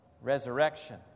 resurrection